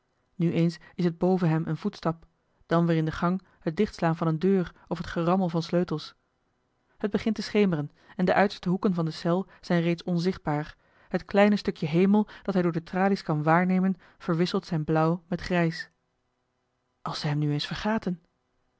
nu eens is het boven hem een voetstap dan weer in de gang het dichtslaan van eene deur of het gerammel van sleutels t begint te schemeren en de uiterste hoeken van de cel zijn reeds onzichtbaar het kleine stukje hemel dat hij door de tralies kan waarnemen verwisselt zijn blauw met grijs als ze hem nu eens vergaten